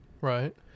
Right